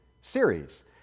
series